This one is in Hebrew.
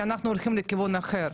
כי אנחנו כחברי כנסת הולכים בכיוון אחר.